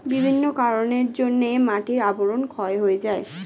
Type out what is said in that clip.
বিভিন্ন কারণের জন্যে মাটির আবরণ ক্ষয় হয়ে যায়